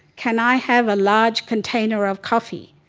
can i have a large container of coffee?